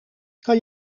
kan